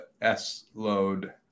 S-load